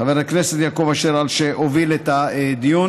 חבר הכנסת יעקב אשר, על שהוביל את הדיון.